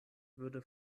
würde